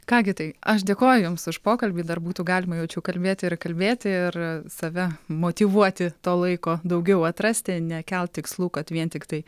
ką gi tai aš dėkoju jums už pokalbį dar būtų galima jaučiu kalbėti ir kalbėti ir save motyvuoti to laiko daugiau atrasti nekelt tikslų kad vien tiktai